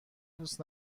دوست